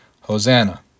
Hosanna